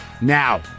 Now